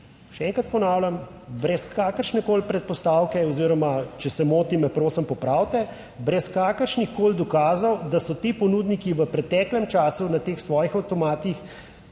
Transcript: še enkrat ponavljam, brez kakršnekoli predpostavke oziroma, če se motim, me prosim popravite, brez kakršnihkoli dokazov, da so ti ponudniki v preteklem času na teh svojih avtomatih